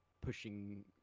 pushing